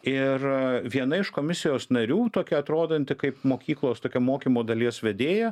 ir viena iš komisijos narių tokia atrodanti kaip mokyklos tokia mokymo dalies vedėja